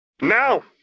Now